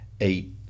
eight